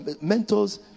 Mentors